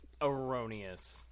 erroneous